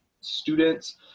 students